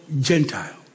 Gentile